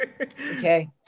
Okay